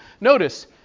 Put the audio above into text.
Notice